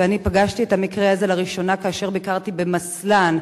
ואני פגשתי את המקרה הזה לראשונה כאשר ביקרתי במסל"ן,